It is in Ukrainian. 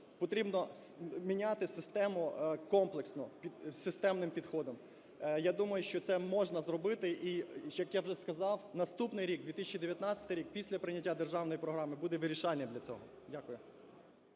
потрібно міняти систему комплексно системним підходом. Я думаю, що це можна зробити, і що як я вже сказав, наступний рік, 2019 рік після прийняття державної програми буде вирішальним для цього. Дякую.